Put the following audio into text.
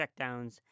checkdowns